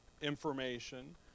information